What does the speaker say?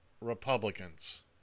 Republicans